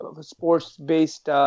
sports-based